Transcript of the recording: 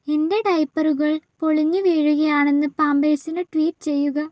എൻ്റെ ഡയപ്പറുകൾ പൊളിഞ്ഞു വീഴുകയാണെന്ന് പാമ്പേഴ്സിന് ട്വീറ്റ് ചെയ്യുക